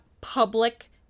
public